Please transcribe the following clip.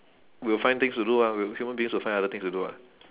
we'll find things to do mah we human beings will find other things to do ah